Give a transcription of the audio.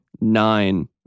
nine